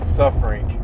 suffering